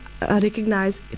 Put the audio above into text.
recognize